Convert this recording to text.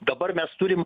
dabar mes turim